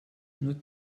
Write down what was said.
nur